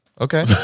Okay